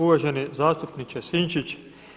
Uvaženi zastupniče Sinčić.